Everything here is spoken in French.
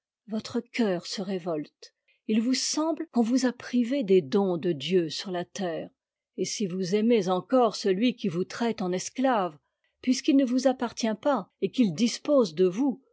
votre cœur se révolte il vous semble qu'on vous a privée des dons de dieu sur la terre et si vous aimez encore celui qui vous traite en esclave puisqu'il ne vous appartient pas et qu'it dispose de vous